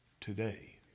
today